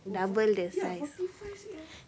oh for~ ya forty five C_M